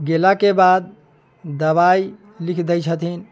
गेलाके बाद दवाइ लिखि दै छथिन